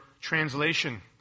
translation